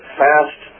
fast